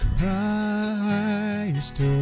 Christ